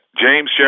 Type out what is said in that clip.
James